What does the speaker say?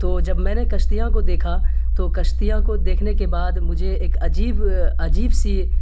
تو جب میں نے کشتیاں کو دیکھا تو کشتیاں کو دیکھنے کے بعد مجھے ایک عجیب عجیب سی